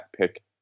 pick